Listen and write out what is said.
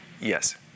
Yes